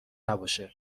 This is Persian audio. نباشه